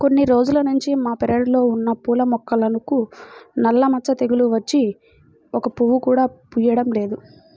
కొన్ని రోజుల్నుంచి మా పెరడ్లో ఉన్న పూల మొక్కలకు నల్ల మచ్చ తెగులు వచ్చి ఒక్క పువ్వు కూడా పుయ్యడం లేదు